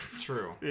true